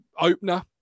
opener